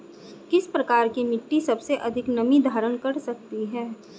किस प्रकार की मिट्टी सबसे अधिक नमी धारण कर सकती है?